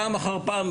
פעם אחר פעם,